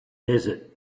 desert